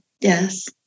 yes